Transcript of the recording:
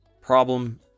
Problem